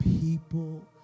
people